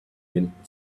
mint